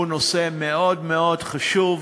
זה נושא מאוד מאוד חשוב,